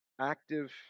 Active